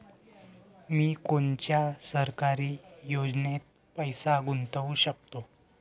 मी कोनच्या सरकारी योजनेत पैसा गुतवू शकतो?